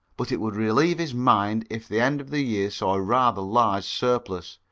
but it would relieve his mind if the end of the year saw a rather larger surplus.